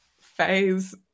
phase